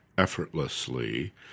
effortlessly